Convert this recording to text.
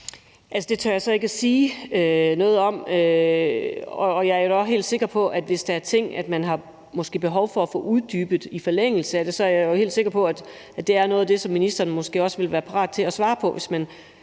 det tør jeg ikke sige noget om. Men hvis der er ting, man måske har behov for at få uddybet i forlængelse af det, er jeg helt sikker på, at det er noget af det, som ministeren også vil være parat til at svare på